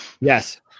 Yes